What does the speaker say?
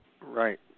Right